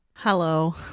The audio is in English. Hello